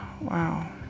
Wow